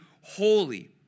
holy